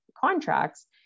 contracts